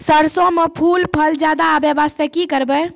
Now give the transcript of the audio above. सरसों म फूल फल ज्यादा आबै बास्ते कि करबै?